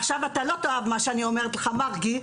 עכשיו אתה לא תאהב מה שאני אומרת לך מרגי,